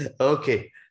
okay